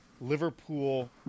Liverpool